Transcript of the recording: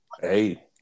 hey